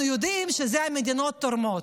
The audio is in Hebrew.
אנחנו יודעים שזה המדינות התורמות.